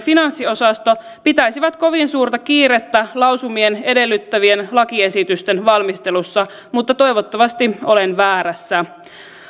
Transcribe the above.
finanssiosasto pitäisivät kovin suurta kiirettä lausumien edellyttämien lakiesitysten valmistelussa mutta toivottavasti olen väärässä